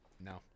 no